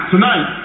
Tonight